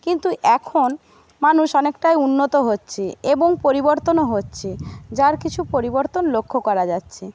কিন্তু এখন মানুষ অনেকটাই উন্নত হচ্ছে এবং পরিবর্তনও হচ্ছে যার কিছু পরিবর্তন লক্ষ্য করা যাচ্ছে